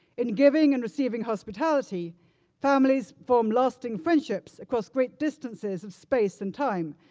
in giving and receiving hospitality families form lasting friendships across great distances of space and time,